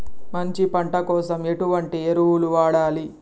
మంచి పంట కోసం ఎటువంటి ఎరువులు వాడాలి?